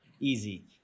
Easy